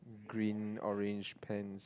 green orange pants